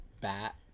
bat